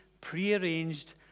prearranged